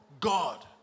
God